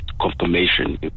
confirmation